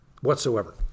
whatsoever